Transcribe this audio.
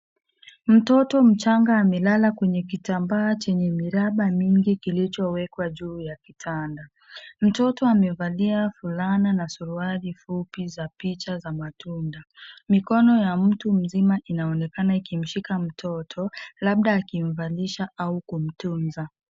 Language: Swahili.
Mtoto mchanga amelala kwenye kitambaa chenye miraba mingi kilichowekwa juu ya kitanda. Mtoto amevalia fulana na suruali fupi za picha za matunda. Mikono ya mtu mzima inaonekana ikimshika mtoto labda akimvalisha au kumtunza.